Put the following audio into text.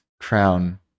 crown